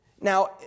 Now